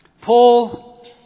Paul